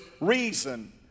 reason